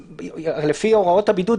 לפי הוראות הבידוד,